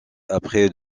après